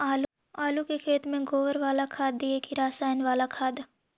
आलू के खेत में गोबर बाला खाद दियै की रसायन बाला खाद?